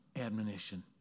admonition